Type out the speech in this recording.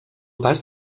pas